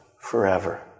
forever